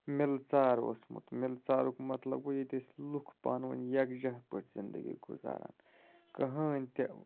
مِلہٕ ژار اوسمُت مِلہٕ ژارُک مطلب گوٚو ییٚتہِ ٲسۍ لُکھ پانہٕ ؤںۍ یکجاہ پٲٹھۍ زِندگی گُزاران کٕہٕنۍ تہِ